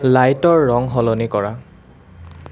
লাইটৰ ৰং সলনি কৰা